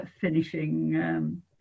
finishing